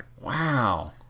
Wow